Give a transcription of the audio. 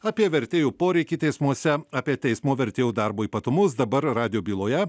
apie vertėjų poreikį teismuose apie teismo vertėjų darbo ypatumus dabar radijo byloje